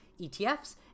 ETFs